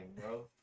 bro